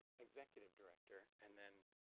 executive director and then